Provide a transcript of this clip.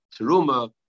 Teruma